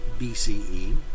BCE